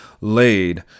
laid